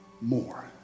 more